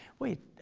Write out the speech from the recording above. wait,